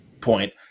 point